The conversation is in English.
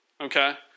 okay